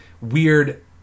weird